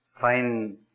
fine